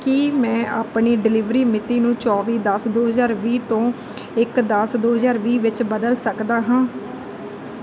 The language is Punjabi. ਕੀ ਮੈਂ ਆਪਣੀ ਡਲੀਵਰੀ ਮਿਤੀ ਨੂੰ ਚੌਵੀ ਦਸ ਦੋ ਹਜ਼ਾਰ ਵੀਹ ਤੋਂ ਇੱਕ ਦਸ ਦੋ ਹਜ਼ਾਰ ਵੀਹ ਵਿੱਚ ਬਦਲ ਸਕਦਾ ਹਾਂ